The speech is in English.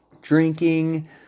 drinking